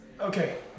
Okay